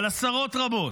אבל עשרות רבות,